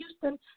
Houston